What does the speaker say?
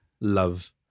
Love